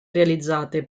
realizzate